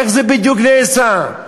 איך זה בדיוק נעשה?